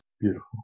Beautiful